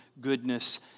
goodness